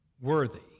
Worthy